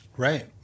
Right